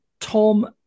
Tom